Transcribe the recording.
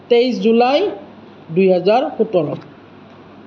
তেইছ জুলাই দুই হাজাৰ সোতৰ